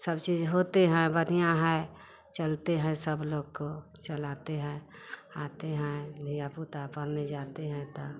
सब चीज होते हैं बढ़िया है चलते हैं सब लोग को चलाते हैं आते हैं दिया बूता बारने जाते हैं तौ